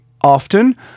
often